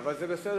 אבל זה בסדר,